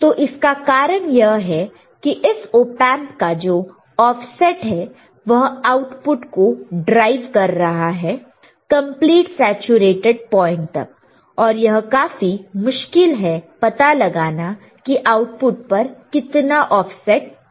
तो इसका कारण यह है कि इस ओपेंप का जो ऑफसेट है वह आउटपुट को ड्राइव कर रहा है कंप्लीट सैचुरेटेड पॉइंट तक और यह काफी मुश्किल है पता लगाना की आउटपुट पर कितना ऑफसेट मौजूद है